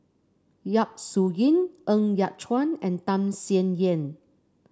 Yap Su Yin Ng Yat Chuan and Tham Sien Yen